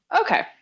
Okay